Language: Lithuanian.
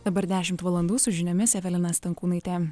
dabar dešimt valandų su žiniomis evelina stankūnaitė